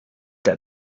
that